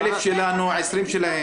1,000 שלנו, 20 שלהם.